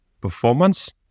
performance